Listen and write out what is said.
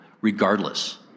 regardless